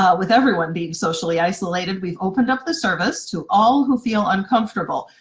ah with everyone being socially isolated we've opened up the service to all who feel uncomfortable.